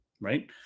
Right